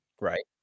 Right